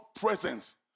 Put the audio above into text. presence